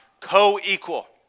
Co-equal